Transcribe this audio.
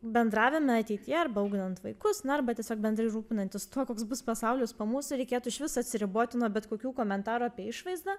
bendravime ateityje arba auginant vaikus na arba tiesiog bendrai rūpinantis tuo koks bus pasaulis po mūsų reikėtų išvis atsiriboti nuo bet kokių komentarų apie išvaizdą